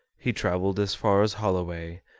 he traveled as far as holloway,